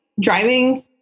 driving